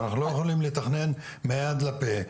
אנחנו לא יכולים לתכנן מהיד לפה,